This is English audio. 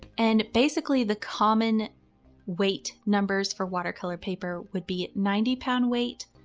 and basically the common weight numbers for watercolor paper would be ninety lb weight,